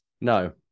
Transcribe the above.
No